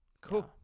cool